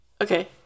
Okay